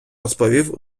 розповів